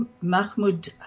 Mahmoud